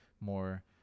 more